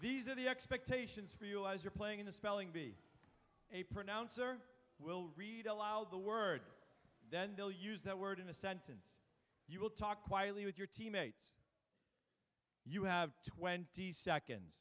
these are the expectations for you as you're playing in the spelling bee a pronouncer will read aloud the word then they'll use that word in a sentence you will talk quietly with your teammates you have twenty seconds